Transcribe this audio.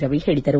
ರವಿ ಹೇಳಿದರು